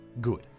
Good